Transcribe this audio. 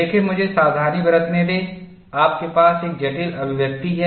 देखें मुझे सावधानी बरतने दें आपके पास एक जटिल अभिव्यक्ति है